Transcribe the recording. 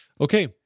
Okay